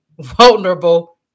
vulnerable